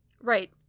Right